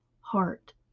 heart